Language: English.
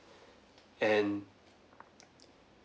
and